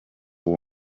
uwo